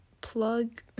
plug